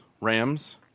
Rams